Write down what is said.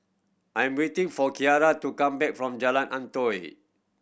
I'm waiting for Kiera to come back from Jalan Antoi